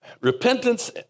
Repentance